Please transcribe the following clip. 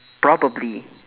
probably